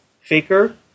Faker